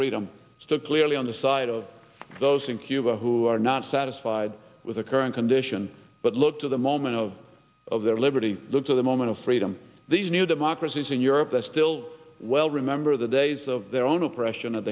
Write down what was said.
freedom so clearly on the side of those in cuba who are not satisfied with the current condition but look to the moment of of their liberty look to the moment of freedom these new democracies in europe that still well remember the days of their own oppression at